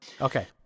Okay